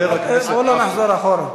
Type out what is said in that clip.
בוא לא נחזור אחורה.